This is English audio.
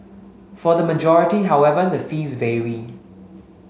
for the majority however the fees vary